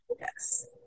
Yes